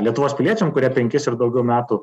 lietuvos piliečiam kurie penkis ir daugiau metų